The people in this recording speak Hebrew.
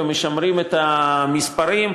ומשמרים את המספרים.